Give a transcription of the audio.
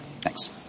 Thanks